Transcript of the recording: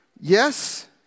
yes